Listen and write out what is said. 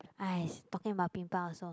!hais! talking about pimple I also